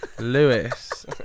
Lewis